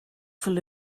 full